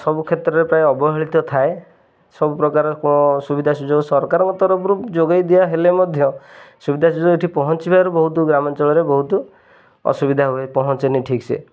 ସବୁ କ୍ଷେତ୍ରରେ ପ୍ରାୟ ଅବହେଳିତ ଥାଏ ସବୁ ପ୍ରକାର ସୁବିଧା ସୁଯୋଗ ସରକାରଙ୍କ ତରଫରୁ ଯୋଗାଇ ଦିଆ ହେଲେ ମଧ୍ୟ ସୁବିଧା ସୁଯୋଗ ଏଇଠି ପହଞ୍ଚିବାରୁ ବହୁତ ଗ୍ରାମାଞ୍ଚଳରେ ବହୁତ ଅସୁବିଧା ହୁଏ ପହଞ୍ଚେନି ଠିକ୍ ସେ